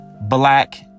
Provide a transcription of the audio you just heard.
black